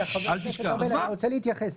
שנייה, חבר הכנסת ארבל, אני רוצה להתייחס.